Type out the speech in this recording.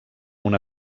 una